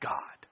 God